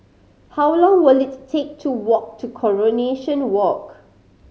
how long will it take to walk to Coronation Walk